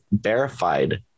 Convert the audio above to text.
verified